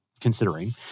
considering